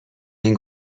این